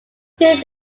two